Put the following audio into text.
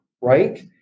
right